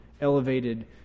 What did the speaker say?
elevated